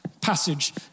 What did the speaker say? passage